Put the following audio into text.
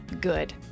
good